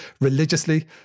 religiously